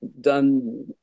done